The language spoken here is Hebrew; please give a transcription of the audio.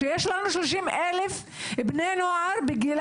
כשיש לנו שלושים אלף בני נוער בגיל